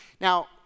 Now